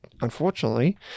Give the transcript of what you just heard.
unfortunately